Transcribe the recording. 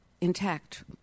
intact